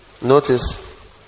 notice